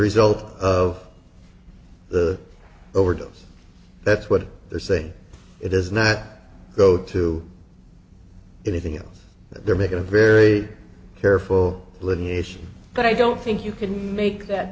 result of the overdose that's what they're saying it is not go to anything else they're making a very careful living here but i don't think you can make that